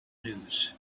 news